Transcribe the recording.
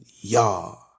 y'all